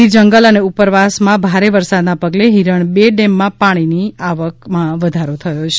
ગીર જંગલ અને ઉપરવાસમાં ભારે વરસાદના પગલે હિરણ બે ડેમમાં પાણીની આવકમાં વધારો થયો છે